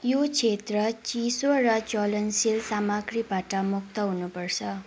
यो क्षेत्र चिसो र ज्वलनशील सामग्रीबाट मुक्त हुनुपर्छ